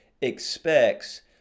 expects